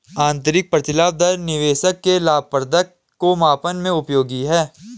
आंतरिक प्रतिलाभ दर निवेशक के लाभप्रदता को मापने में उपयोगी है